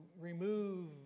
remove